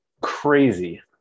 Crazy